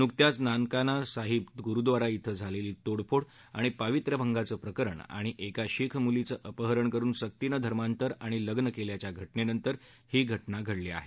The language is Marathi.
नुकत्याच नानकाना साहिब गुरुद्वारा थें झालेली तोडफोड आणि पावित्र्यभंगाचं प्रकरण आणि एका शीख मुलीचं अपहरण करुन सक्तीनं धर्मांतर आणि लग्न केल्याच्या घटनेनंतर ही घटना घडली आहे